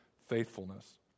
faithfulness